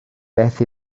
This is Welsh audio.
beth